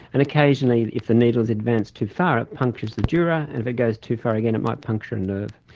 and occasionally if the needle has advanced too far it punctures the dura, and if it goes too far again it might puncture a nerve.